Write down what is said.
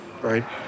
right